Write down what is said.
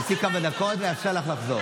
תצאי לכמה דקות ואאפשר לך לחזור.